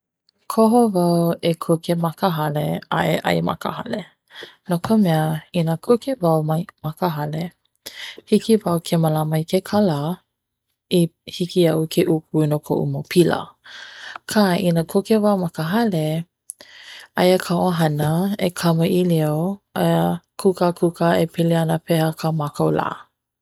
Koho wau e kuke ma ka hale a e ʻai ma ka hale, no ka mea i na kuke wau ma ka hale hiki wau ke malama i hiki iaʻu ke uku no koʻu mau pila. Aka, i na kuke wau ma ka hale aia ka ʻohana e kamaʻilio kukakuka e pili ana pehea ka mākou la.